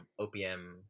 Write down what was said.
opm